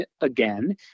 again